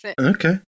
Okay